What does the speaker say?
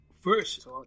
First